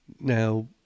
Now